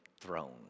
throne